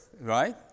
right